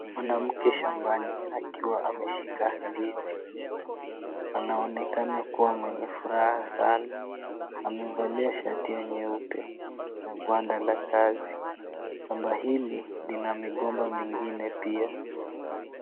Mwanamke shambani akiwa ameshika ndizi. Anaonekana kuwa mwenye furaha sana. Amevalia shati ya nyeupe, na gwanda la kazi. Shamba hili lina migomba mingine pia.